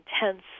intense